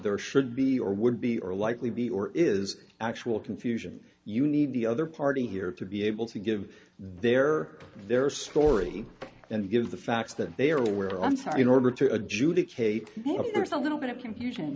there should be or would be or likely be or is actual confusion you need the other party here to be able to give their their story and give the facts that they are aware i'm sorry in order to adjudicate there's a little bit of confusion